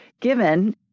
given